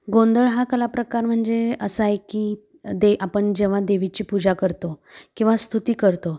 गोंधळ हा कला प्रकार म्हणजे असा आहे की दे आपण जेव्हा देवीची पूजा करतो किंवा स्तुती करतो